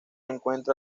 encuentra